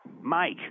Mike